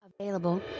Available